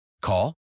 Call